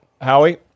howie